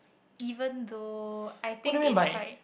even though I think is quite